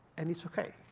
and it's ok.